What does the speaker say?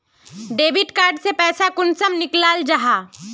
Debit card से पैसा कुंसम निकलाल जाहा?